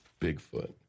Bigfoot